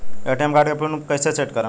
ATM card के PIN कैसे set करम?